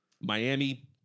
Miami